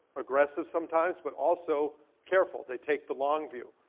aggressive sometimes but also careful. they take the long view.